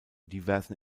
diversen